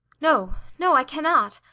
no, no, i cannot.